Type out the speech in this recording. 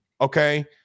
Okay